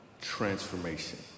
Transformation